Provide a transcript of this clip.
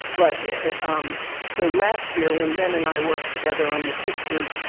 but so last year, when ben and i worked together on the tick group,